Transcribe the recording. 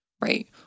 Right